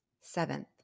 Seventh